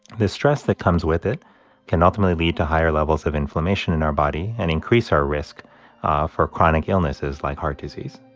the stress that comes with it can ultimately lead to higher levels of inflammation in our body and increase our risk for chronic illnesses like heart disease